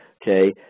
Okay